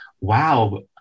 wow